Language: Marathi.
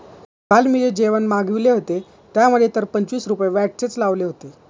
काल मी जे जेवण मागविले होते, त्यामध्ये तर पंचवीस रुपये व्हॅटचेच लावले होते